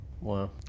Wow